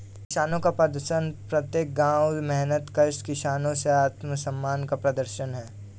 किसानों का प्रदर्शन प्रत्येक गांव के मेहनतकश किसानों के आत्मसम्मान का प्रदर्शन है